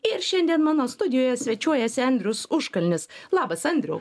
ir šiandien mano studijoje svečiuojasi andrius užkalnis labas andriau